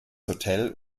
hotel